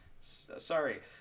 sorry